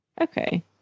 Okay